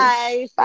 Bye